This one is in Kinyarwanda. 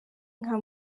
nka